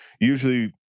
usually